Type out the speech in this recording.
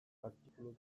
artikulu